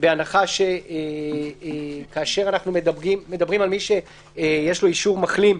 בהנחה שכאשר אנו מדברים על מי שיש לו אישור מחלים,